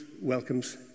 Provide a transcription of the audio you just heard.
welcomes